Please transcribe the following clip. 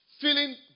Feeling